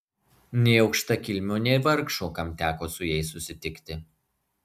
nei aukštakilmio nei vargšo kam teko su jais susitikti